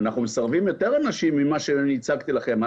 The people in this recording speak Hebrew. אנחנו מסרבים יותר אנשים ממה שהצגתי לכם.